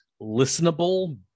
listenable